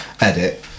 edit